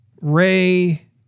Ray